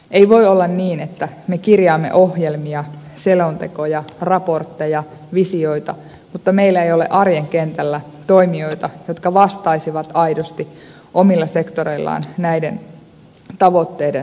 ei voi olla niin että me kirjaamme ohjelmia selontekoja raportteja visioita mutta meillä ei ole arjen kentällä toimijoita jotka vastaisivat aidosti omilla sektoreillaan näiden tavoitteiden toteutumisesta